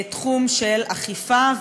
תחום של אכיפה,